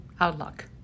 outlook